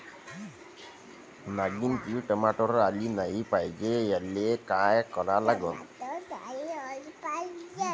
नागिन किड टमाट्यावर आली नाही पाहिजे त्याले काय करा लागन?